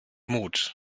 mut